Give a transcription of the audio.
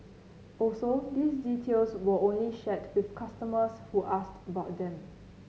also these details were only shared with customers who asked about them